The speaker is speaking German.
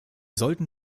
sollten